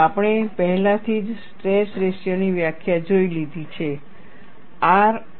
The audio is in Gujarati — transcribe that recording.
આપણે પહેલાથી જ સ્ટ્રેસ રેશિયોની વ્યાખ્યા જોઈ લીધી છે R